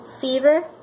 fever